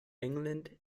england